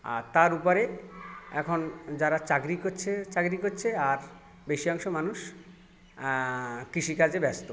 আর তার উপারে এখন যারা চাকরি কচ্ছে চাকরি কচ্ছে আর বেশি অংশ মানুষ কৃষিকাজে ব্যস্ত